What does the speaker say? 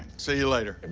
see you later. and